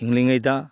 ꯍꯤꯡꯂꯤꯉꯩꯗ